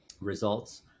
results